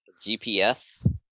GPS